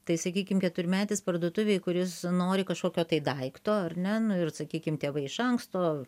tai sakykim keturmetis parduotuvėj kuris nori kažkokio tai daikto ar ne nu ir sakykim tėvai iš anksto